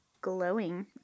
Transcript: glowing